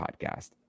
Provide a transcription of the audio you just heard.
podcast